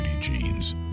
jeans